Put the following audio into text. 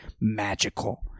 magical